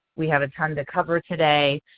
we have a ton to cover today,